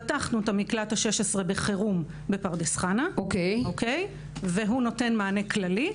פתחנו את המקלט ה-16 בחירום בפרדס חנה והוא נותן מענה כללי.